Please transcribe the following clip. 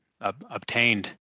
obtained